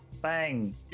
Bang